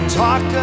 talk